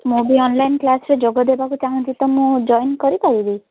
ମୁଁ ବି ଅନ୍ଲାଇନ୍ କ୍ଲାସରେ ଯୋଗ ଦେବାକୁ ଚାହୁଁଛି ତ ମୁଁ ଜଏନ୍ କରିପାରିବି